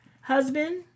husband